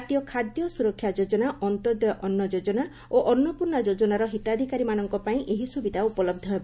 ଜାତୀୟ ଖାଦ୍ୟ ସ୍ରରକ୍ଷା ଯୋଜନା ଅନ୍ତ୍ୟୋଦୟ ଅନ୍ନ ଯୋଜନା ଓ ଅନ୍ନପୂର୍ଷ୍ଣା ଯୋଜନାର ହିତାଧିକାରୀମାନଙ୍କ ପାଇଁ ଏହି ସୁବିଧା ଉପଲହ୍ଡ ହେବ